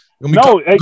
no